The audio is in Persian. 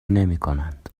نمیکنند